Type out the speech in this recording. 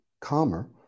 calmer